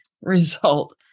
result